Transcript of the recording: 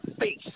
face